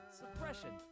suppression